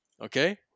Okay